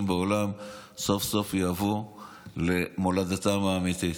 בעולם סוף-סוף יבואו למולדתם האמיתית.